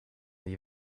die